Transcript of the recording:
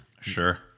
Sure